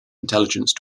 intelligence